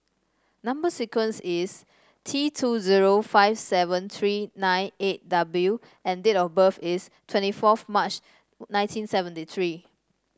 number sequence is T two zero five seven three nine eight W and date of birth is twenty fourth March nineteen seventy three